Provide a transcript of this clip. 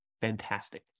fantastic